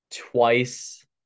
twice